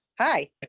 Hi